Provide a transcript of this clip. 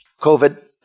COVID